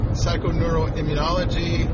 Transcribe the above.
psychoneuroimmunology